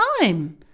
time